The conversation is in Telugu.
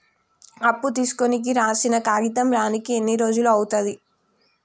అప్పు తీసుకోనికి రాసిన కాగితం రానీకి ఎన్ని రోజులు అవుతది?